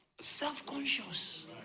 self-conscious